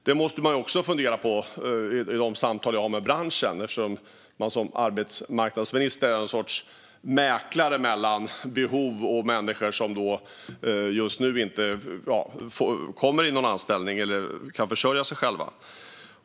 Detta måste jag också ta upp i de samtal som jag har med branschen, eftersom jag som arbetsmarknadsminister är en sorts mäklare mellan behov och människor som just nu inte kommer i anställning eller kan försörja sig själva.